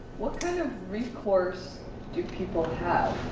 recourse do people have?